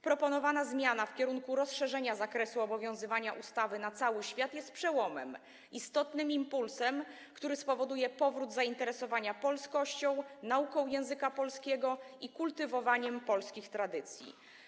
Proponowana zmiana w kierunku rozszerzenia zakresu obowiązywania ustawy na cały świat jest przełomem, istotnym impulsem, który spowoduje powrót zainteresowania polskością, nauką języka polskiego i kultywowania polskich tradycji.